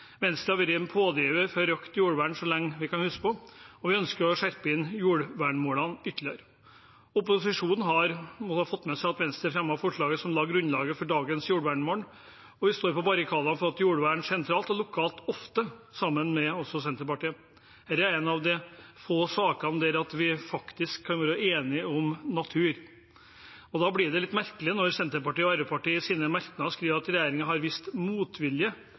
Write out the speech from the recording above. Venstre har vært en pådriver for økt jordvern så lenge vi kan huske, og vi ønsker å skjerpe inn jordvernmålene ytterligere. Opposisjonen må ha fått med seg at Venstre fremmet forslaget som la grunnlaget for dagens jordvernmål, og vi står på barrikadene for jordvern sentralt og lokalt, ofte sammen med Senterpartiet. Dette er en av de få sakene der vi faktisk kan være enige om natur. Da blir det litt merkelig når Senterpartiet og Arbeiderpartiet i sine merknader skriver at regjeringen har vist motvilje